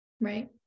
Right